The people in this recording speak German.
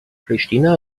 pristina